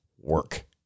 work